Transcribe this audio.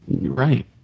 Right